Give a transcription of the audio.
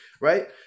right